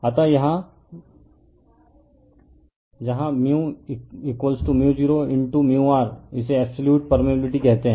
refer slide time 0744 at जहाँ 0 r इसे absolute permeability कहते हैं